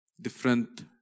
different